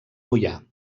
moià